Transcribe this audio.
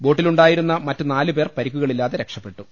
ബോട്ടിലുണ്ടായിരുന്ന മറ്റു നാലുപേർ പരിക്കുകളില്ലാതെ രക്ഷ പ്പെട്ടു